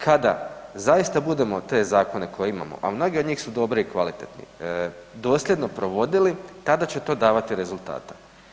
Kada zaista budemo te zakone koje imamo, a mnogi od njih su dobri i kvalitetni dosljedno provodili tada će to davati rezultate.